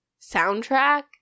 soundtrack